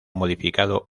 modificado